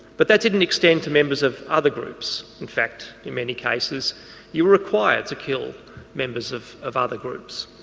but that didn't extend to members of other groups, in fact in many cases you were required to kill members of of other groups.